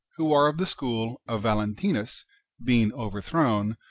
who are of the school of valentinus being overthrown,